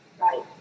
right